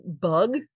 bug